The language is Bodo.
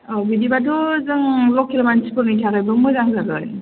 औ बिदिब्लाथ' जों लकेल मानसिफोरनि थाखायबो मोजां जागोन